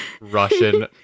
Russian